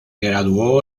graduó